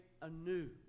anew